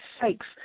sakes